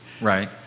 Right